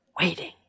Waiting